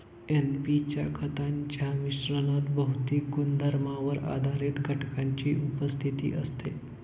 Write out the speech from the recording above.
NP च्या खतांच्या मिश्रणात भौतिक गुणधर्मांवर आधारित घटकांची उपस्थिती असते